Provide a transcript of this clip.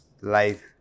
life